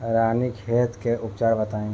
रानीखेत के उपचार बताई?